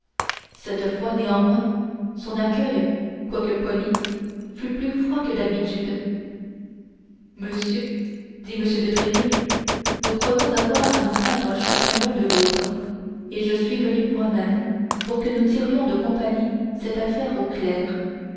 cette fois néanmoins son accueil quoique poli fut plus froid que d'habitude monsieur dit m de tréville nous croyons avoir à nous plaindre chacun l'un de l'autre et je suis venu moi-même pour que nous tirions de compagnie cette affaire